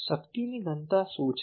શક્તિની ઘનતા શું છે